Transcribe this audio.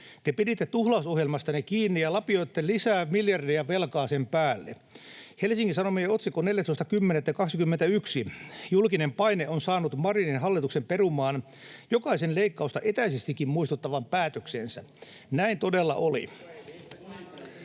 Te piditte tuhlausohjelmastanne kiinni ja lapioitte miljardeja lisää velkaa sen päälle. Helsingin Sanomien otsikko 14.10.2021 oli ”Julkinen paine on saanut Marinin hallituksen perumaan jokaisen leikkausta etäisestikin muistuttavan päätöksensä”, näin todella oli.